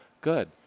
good